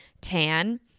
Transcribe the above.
tan